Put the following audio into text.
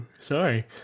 Sorry